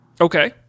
okay